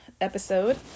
episode